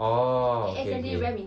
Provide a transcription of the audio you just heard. orh okay okay